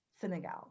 Senegal